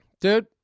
Dude